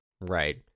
Right